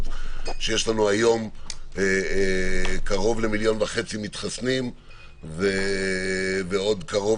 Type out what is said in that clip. שיש לנו היום קרוב למיליון וחצי מתחסנים ועוד קרוב